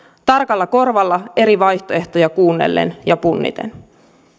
tarkalla korvalla eri vaihtoehtoja kuunnellen ja punniten